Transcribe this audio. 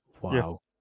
Wow